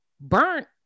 burnt